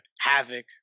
Havoc